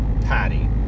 patty